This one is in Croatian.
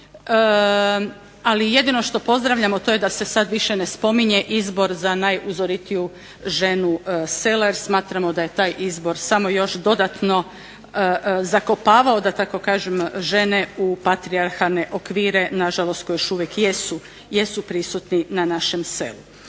ali jedino što pozdravljamo to je da se sad više ne spominje izbor za najuzoritiju ženu … Smatramo da je taj izbor samo još dodatno zakopavao da tako kažem žene u patrijarhalne okvire, nažalost koji još uvijek jesu prisutni na našem selu.